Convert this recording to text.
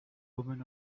woman